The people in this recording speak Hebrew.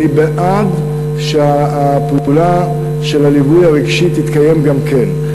אני בעד שהפעולה של הליווי הרגשי תתקיים גם כן.